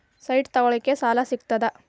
Site ತಗೋಳಿಕ್ಕೆ ಸಾಲಾ ಸಿಗ್ತದಾ?